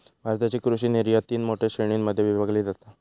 भारताची कृषि निर्यात तीन मोठ्या श्रेणीं मध्ये विभागली जाता